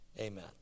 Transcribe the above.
Amen